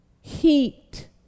Heat